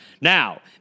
Now